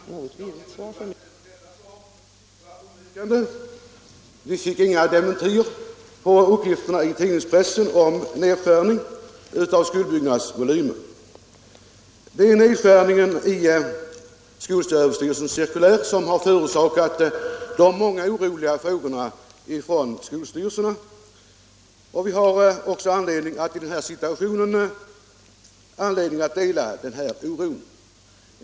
Herr talman! Jag tackar för detta kompletterande svar. Vi har emellertid inte här fått några dementier av uppgifterna i tidningspressen om nedskärning av skolbyggnadsvolymen, och det är den nedskärningen i skolöverstyrelsens cirkulär som har förorsakat de många oroliga frågorna från skolstyrelserna. I denna situation har vi också anledning att dela oron.